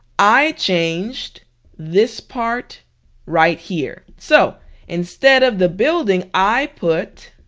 i changed this part right here. so instead of the building, i put